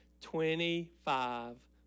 Twenty-five